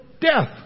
death